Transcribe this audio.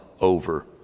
over